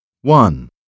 One